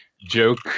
joke